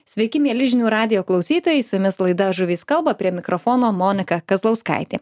sveiki mieli žinių radijo klausytojai su jumis laida žuvys kalba prie mikrofono monika kazlauskaitė